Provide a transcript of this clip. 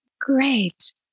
Great